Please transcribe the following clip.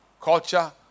culture